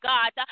God